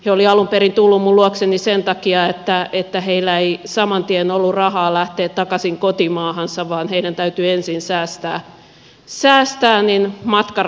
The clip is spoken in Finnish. he olivat alun perin tulleet minun luokseni sen takia että heillä ei saman tien ollut rahaa lähteä takaisin kotimaahansa vaan heidän täytyi ensin säästää matkarahat kasaan